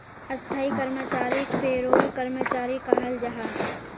स्थाई कर्मचारीक पेरोल कर्मचारी कहाल जाहा